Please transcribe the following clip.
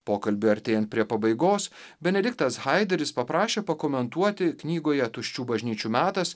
pokalbiui artėjant prie pabaigos benediktas haideris paprašė pakomentuoti knygoje tuščių bažnyčių metas